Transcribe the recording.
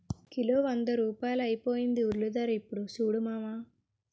kilo వంద రూపాయలైపోయింది ఉల్లిధర యిప్పుడు సూడు మావా